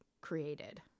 created